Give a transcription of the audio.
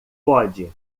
pode